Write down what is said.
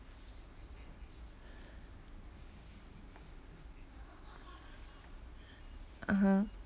(uh huh)